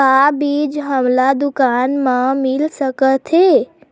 का बीज हमला दुकान म मिल सकत हे?